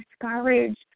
discouraged